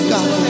God